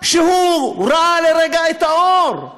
שהוא ראה לרגע את האור,